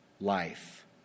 Life